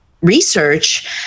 research